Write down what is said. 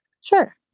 Sure